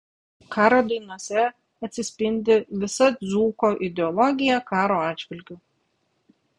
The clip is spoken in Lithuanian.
karo dainose atsispindi visa dzūko ideologija karo atžvilgiu